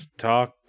talk